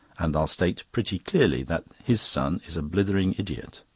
and i'll state pretty clearly that his son is a blithering idiot!